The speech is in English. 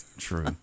True